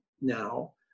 now